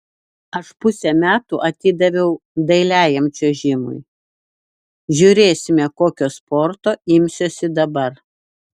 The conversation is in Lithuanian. aš pusę metų atidaviau dailiajam čiuožimui žiūrėsime kokio sporto imsiuosi dabar